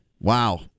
Wow